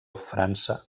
frança